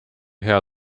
hea